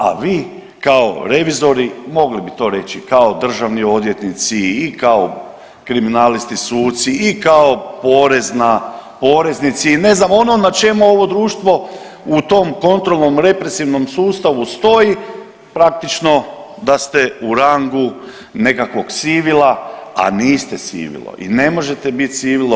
A vi kao revizori mogli bi to reći kao državni odvjetnici i kao kriminalisti suci i kao poreznici, ne znam ono na čemu ovo društvo u tom kontrolnom represivnom sustavu stoji praktično da ste u rangu nekakvog sivila, a niste sivilo i ne možete bit sivilo.